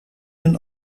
een